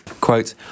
Quote